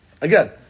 Again